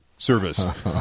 service